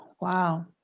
Wow